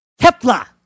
Kepler